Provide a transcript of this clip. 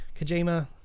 kojima